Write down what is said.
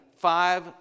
five